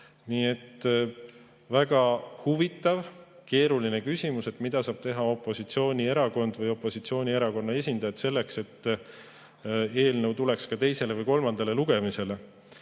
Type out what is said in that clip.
Nii et väga huvitav, keeruline küsimus: mida saab teha opositsioonierakond või opositsioonierakonna esindaja selleks, et see eelnõu tuleks ka teisele või kolmandale lugemisele?